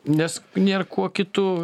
nes nėr kuo kitu